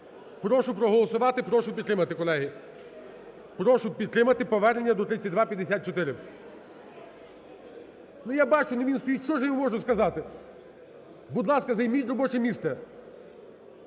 Прошу проголосувати. Прошу підтримати, колеги. Прошу підтримати повернення до 3254. Ну, я бачу, ну, він стоїть. Що ж я можу сказати? Будь ласка, займіть робоче місце!